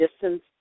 distance